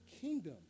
kingdom